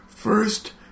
first